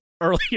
earlier